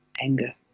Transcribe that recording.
anger